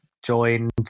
joined